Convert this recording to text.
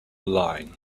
line